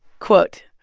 quote,